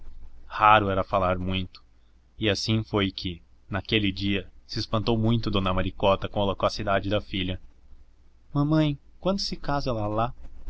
raro era falar muito e assim foi que naquele dia se espantou muito dona maricota com a loquacidade da filha mamãe quando se casa lalá